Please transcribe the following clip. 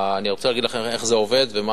אני רוצה להגיד לכם איך זה עובד ומה